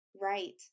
Right